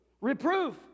reproof